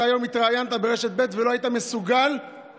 אתה היום התראיינת ברשת ב' ולא היית מסוגל לגנות